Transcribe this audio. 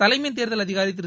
தலைமைத் தேர்தல் அதிகாரி திரு